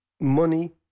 money